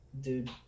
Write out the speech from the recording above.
dude